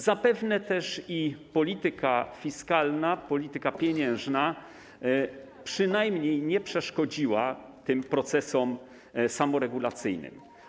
Zapewne też polityka fiskalna, polityka pieniężna przynajmniej nie przeszkodziła procesom samoregulacyjnym.